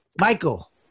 Michael